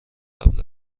قبل